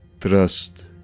trust